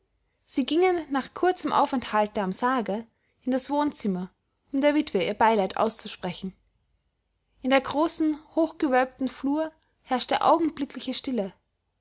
sie gingen nach kurzem aufenthalte am sarge in das wohnzimmer um der witwe ihr beileid auszusprechen in der großen hochgewölbten flur herrschte augenblickliche stille